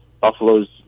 Buffalo's